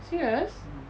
serious